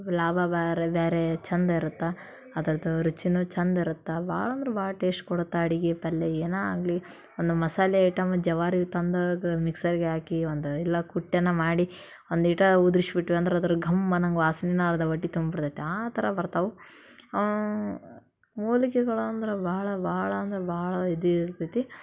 ಲಾಭ ಬೇರೆ ಬೇರೆ ಚಂದಿರುತ್ತೆ ಅದರದು ರುಚಿಯೂ ಚಂದಿರುತ್ತೆ ಭಾಳಂದ್ರೆ ಭಾಳ ಟೇಶ್ಟ್ ಕೊಡುತ್ತೆ ಅಡಿಗೆ ಪಲ್ಲೆ ಏನೇ ಆಗಲಿ ಒಂದು ಮಸಾಲೆ ಐಟಮ್ ಜವಾರಿ ತಂದಾಗ ಮಿಕ್ಸರ್ಗೆ ಹಾಕಿ ಒಂದು ಇಲ್ಲ ಕುಟ್ಟಿ ಏನೋ ಮಾಡಿ ಒಂದಿಷ್ಟ್ ಉದ್ರಸ್ಬಿಟ್ವಿ ಅಂದ್ರೆ ಅದರ ಘಮ್ ಅನ್ನಂಗೆ ವಾಸ್ನಿನೇ ಅರ್ಧ ಹೊಟ್ಟಿ ತುಂಬಿಡ್ತೈತೆ ಆ ಥರ ಬರ್ತಾವೆ ಮೂಲಿಕೆಗಳು ಅಂದ್ರೆ ಬಹಳ ಭಾಳ ಅಂದ್ರೆ ಭಾಳ ಇದು ಇರ್ತೈತಿ